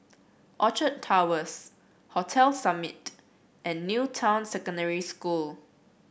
Orchard Towers Hotel Summit and New Town Secondary School